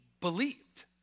believed